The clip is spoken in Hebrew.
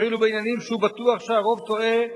ואפילו בעניינים שהוא בטוח שהרוב טועה,